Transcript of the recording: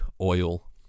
oil